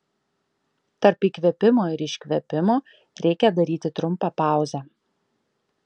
tarp įkvėpimo ir iškvėpimo reikia daryti trumpą pauzę